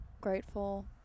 Grateful